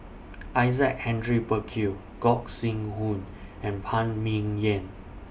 Isaac Hendry Burkill Gog Sing Hooi and Phan Ming Yen